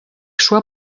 szła